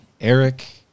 Eric